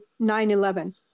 9-11